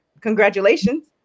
congratulations